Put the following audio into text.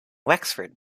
wexford